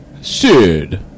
Sid